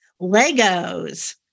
Legos